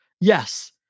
yes